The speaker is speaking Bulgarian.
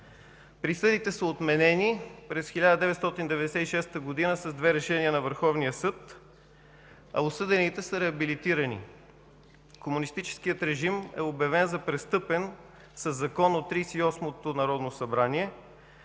Присъдите са отменени през 1996 г. с две решения на Върховния съд, а осъдените са реабилитарани. Комунистическият режим е обявен за престъпен със Закон от Тридесет и осмото народно събрание,